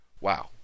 wow